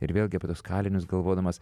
ir vėlgi apie tuos kalinius galvodamas